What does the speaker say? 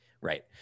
right